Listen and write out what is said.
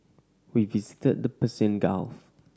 we visited the Persian Gulf